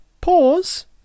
pause